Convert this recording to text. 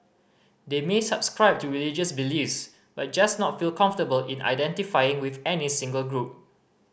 they may subscribe to religious beliefs but just not feel comfortable in identifying with any single group